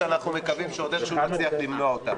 אבל היא התנהלות שאנחנו מקווים שעוד איכשהו נצליח למנוע אותה.